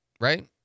Right